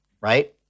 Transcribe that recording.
right